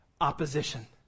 opposition